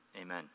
amen